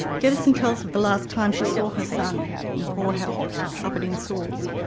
deveson tells of the last time she saw her son in poor health, covered in sores.